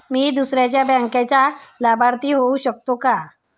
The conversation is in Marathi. मी दुसऱ्या बँकेचा लाभार्थी होऊ शकतो का?